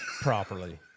properly